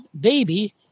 baby